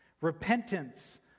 repentance